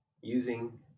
using